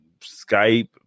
skype